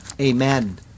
Amen